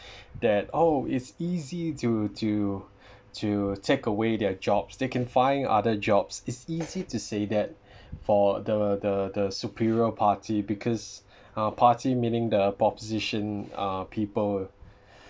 that oh it's easy to to to take away their jobs they can find other jobs it's easy to say that for the the the superior party because uh party meaning the proposition uh people